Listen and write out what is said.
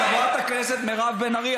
חברת הכנסת מירב בן ארי,